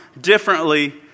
differently